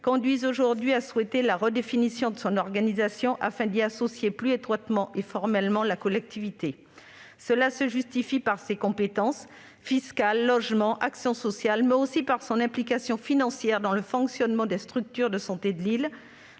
conduisent aujourd'hui à souhaiter la redéfinition de son organisation, afin d'y associer plus étroitement et formellement la collectivité. Cela se justifie non seulement par ses compétences- fiscalité, logement, action sociale -, mais aussi par son implication financière dans le fonctionnement des structures de santé de l'île.